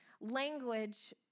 language